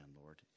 Lord